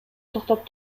токтоп